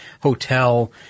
hotel